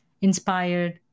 inspired